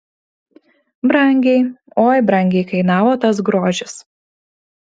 brangiai oi brangiai kainavo tas grožis